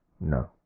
No